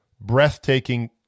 breathtaking